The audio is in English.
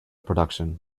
production